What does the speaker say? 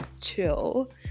chill